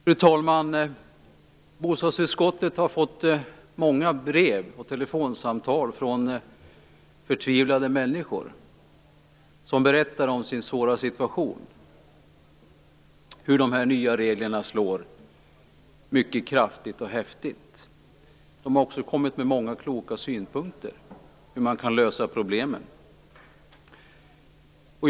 Fru talman! Bostadsutskottet har fått många brev och telefonsamtal från förtvivlade människor som berättar om sin svåra situation. De nya reglerna slår mycket kraftigt och häftigt. Vi har också fått många kloka synpunkter på hur man kan lösa problemen.